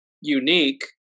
unique